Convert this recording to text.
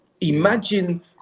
imagine